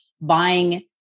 buying